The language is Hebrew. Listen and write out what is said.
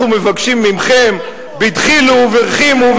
אנחנו מבקשים מכם בדחילו ורחימו,